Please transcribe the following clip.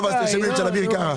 טוב, את של אביר קארה.